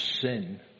sin